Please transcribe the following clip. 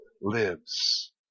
lives